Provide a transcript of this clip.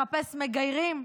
לחפש מגיירים?